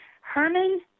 Herman